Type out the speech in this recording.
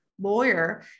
lawyer